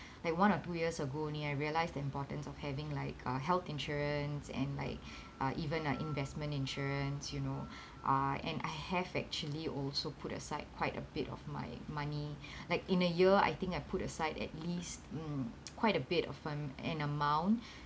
like one or two years ago only I realise the importance of having like uh health insurance and like uh even uh investment insurance you know uh and I have actually also put aside quite a bit of my money like in a year I think I put aside at least mm quite a bit of um an amount